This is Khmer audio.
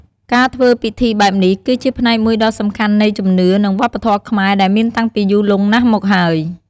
ការធ្វើពិធីបែបនេះ គឺជាផ្នែកមួយដ៏សំខាន់នៃជំនឿ និងវប្បធម៌ខ្មែរដែលមានតាំងពីយូរលង់ណាស់មកហើយ។